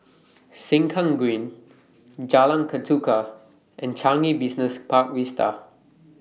Sengkang Green Jalan Ketuka and Changi Business Park Vista